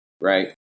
right